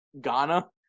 Ghana